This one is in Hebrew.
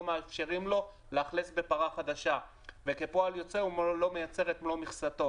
לא מאפשרים לו לאכלס פרה חדשה וכפועל יוצא הוא לא מייצר את מלוא מכסתו.